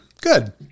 Good